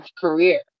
career